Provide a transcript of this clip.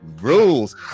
rules